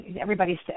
Everybody's